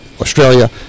Australia